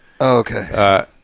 Okay